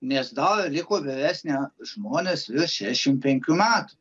nes dar liko vyresni žmonės virš šešiasdešimt penkių metų